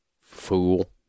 fool